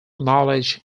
knowledge